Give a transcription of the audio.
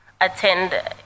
attend